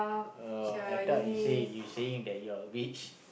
oh I thought you say you saying that you're a witch